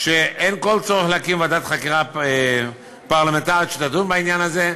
שאין כל צורך להקים ועדת חקירה פרלמנטרית שתדון בעניין הזה,